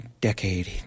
decade